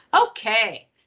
okay